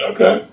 Okay